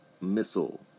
missile